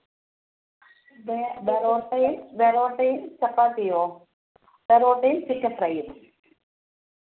വേ പൊറോട്ടയും വെറോട്ടയും ചപ്പാത്തിയുമോ പൊറോട്ടയും ചിക്കൻ ഫ്രൈയ്യും